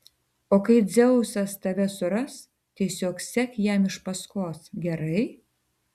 o kai dzeusas tave suras tiesiog sek jam iš paskos gerai